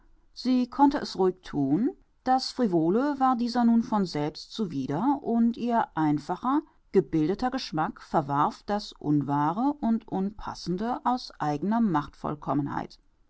sie konnte es ruhig thun das frivole war dieser nun von selbst zuwider und ihr einfacher gebildeter geschmack verwarf das unwahre und unpassende aus eigner